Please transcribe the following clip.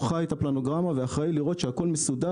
הוא חי את הפלנוגרמה וצריך לראות שהכול מסודר